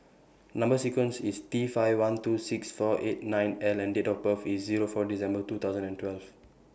Number sequence IS T five one two six four eight nine L and Date of birth IS four December two thousand and twelve